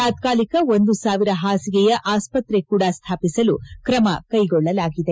ತಾತ್ಕಾಲಿಕ ಒಂದು ಸಾವಿರ ಹಾಸಿಗೆಯ ಆಸ್ಪತ್ರೆ ಕೂಡ ಸ್ಥಾಪಿಸಲು ಕ್ರಮ ಕೈಗೊಳ್ಳಲಾಗಿದೆ